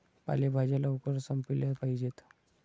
पालेभाज्या लवकर संपविल्या पाहिजेत